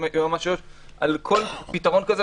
היועץ המשפטי איו"ש על כל פתרון כזה,